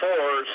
Four